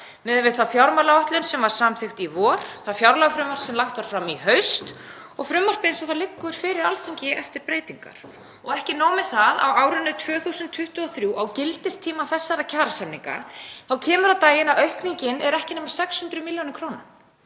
miðað við þá fjármálaáætlun sem var samþykkt í vor, það fjárlagafrumvarp sem lagt var fram í haust og frumvarpið eins og það liggur fyrir Alþingi eftir breytingar. Ekki nóg með það — á árinu 2023, á gildistíma þessara kjarasamninga, þá kemur á daginn að aukningin er ekki nema 600 millj. kr.